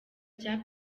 cya